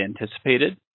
anticipated